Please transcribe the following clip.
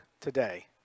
today